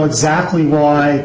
exactly why